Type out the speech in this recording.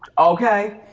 okay,